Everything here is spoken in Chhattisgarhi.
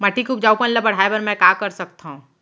माटी के उपजाऊपन ल बढ़ाय बर मैं का कर सकथव?